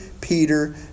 Peter